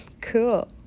cool